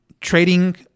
trading